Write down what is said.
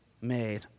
made